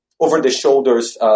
over-the-shoulders